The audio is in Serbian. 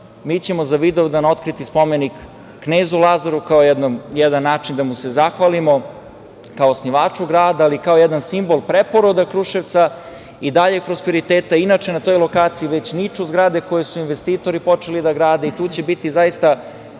mi ćemo za Vidovdan otkriti spomenik Knezu Lazaru, kao jedan način da mu se zahvalimo, kao osnivaču grada, ali i kao jedan simbol preporoda Kruševca i daljeg prosperiteta. Inače, na toj lokaciji već niču zgrade koje su investitori počeli da grade i to će biti jedan